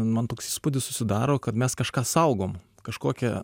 man toks įspūdis susidaro kad mes kažką saugom kažkokią